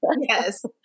Yes